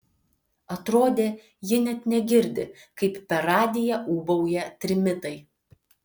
atrodė ji net negirdi kaip per radiją ūbauja trimitai